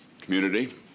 community